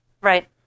Right